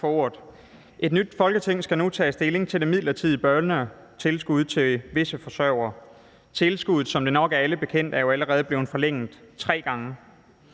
Et nyt Folketing skal nu tage stilling til det midlertidige børnetilskud til visse forsørgere. Tilskuddet er jo, som det nok er alle bekendt, allerede blevet forlænget tre gange.